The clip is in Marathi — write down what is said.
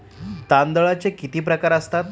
तांदळाचे किती प्रकार असतात?